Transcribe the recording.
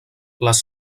les